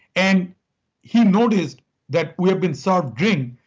and he noticed that we have been served drinks,